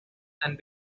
and